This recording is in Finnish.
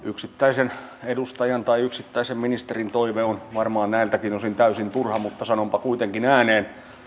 yksittäisen edustajan tai yksittäisen ministerin toive on varmaan näiltäkin osin täysin turha mutta sanonpa kuitenkin ääneen